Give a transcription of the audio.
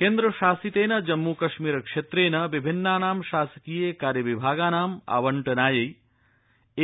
जम्मूकश्मीर शासकीयपरिषद् केन्द्र शासितेन जम्मू कश्मीर क्षेत्रेण विभिन्नानां शासकीय कार्य विभागानाम् आवण्टनाय